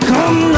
Come